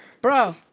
Bro